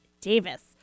Davis